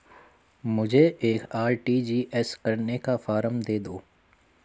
मुझे एक आर.टी.जी.एस करने का फारम दे दो?